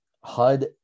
hud